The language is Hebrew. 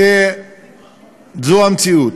שזו המציאות,